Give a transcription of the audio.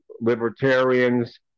libertarians